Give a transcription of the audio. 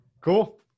Cool